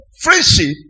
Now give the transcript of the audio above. friendship